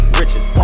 riches